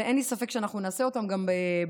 ואין לי ספק שאנחנו נעשה אותם גם בעתיד,